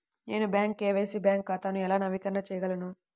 నేను నా KYC bank ఖాతాను ఎలా నవీకరణ చేయగలను?